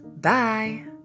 bye